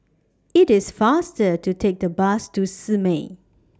IT IS faster to Take The Bus to Simei